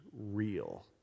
real